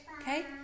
okay